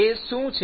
તે શું છે